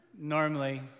Normally